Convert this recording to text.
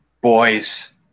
Boys